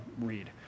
read